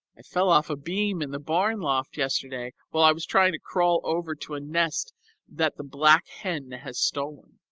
i fell off a beam in the barn loft yesterday, while i was trying to crawl over to a nest that the black hen has stolen.